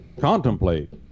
contemplate